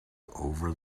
over